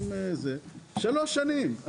שלוש שנים.